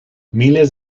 miles